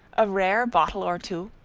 a rare bottle or two,